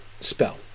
spell